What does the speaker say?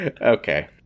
Okay